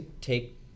take